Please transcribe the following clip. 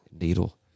needle